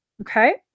okay